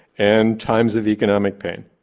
and times of economic pain.